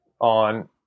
on